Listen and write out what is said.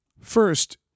First